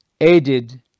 aided